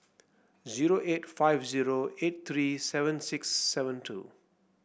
zero eight five zero eight three seven six seven two